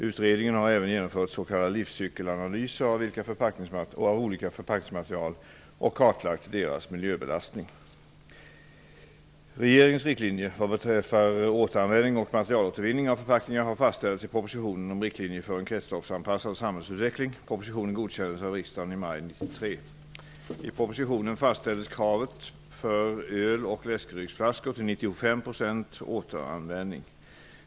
Utredningen har även genomfört s.k. livscykelanalyser av olika förpackningsmaterial och kartlagt deras miljöbelastning. Regeringens riktlinjer vad beträffar återanvändning och materialåtervinning av förpackningar har fastställts i propositionen om riktlinjer för en kretsloppsanpassad samhällsutveckling. Propositionen godkändes av riksdagen i maj 1993. I propositionen faststäIIdes kravet för öl och läskedrycksflaskor tiII 95 % återanvändning.